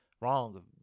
wrong